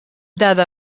dada